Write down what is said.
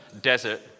desert